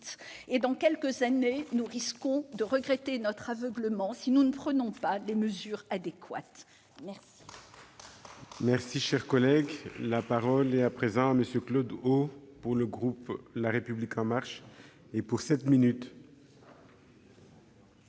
Dans quelques années, nous risquons de regretter notre aveuglement si nous ne prenons pas les mesures adéquates. La